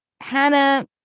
Hannah